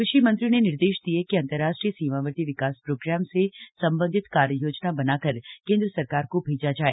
कृषि मंत्री ने निर्देश दिये कि अंतरराष्ट्रीय सीमावर्ती विकास प्रोग्राम से सम्बन्धित कार्य योजना बनाकर केंद्र सरकार को भेजा जाय